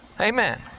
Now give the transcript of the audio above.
Amen